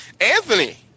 Anthony